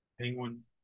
Penguin